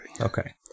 okay